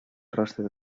rostre